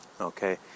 Okay